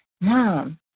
mom